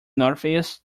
northeast